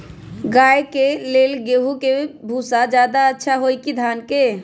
गाय के ले गेंहू के भूसा ज्यादा अच्छा होई की धान के?